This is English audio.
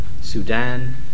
Sudan